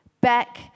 back